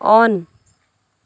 on